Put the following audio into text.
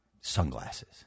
sunglasses